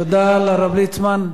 תודה לרב ליצמן.